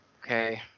Okay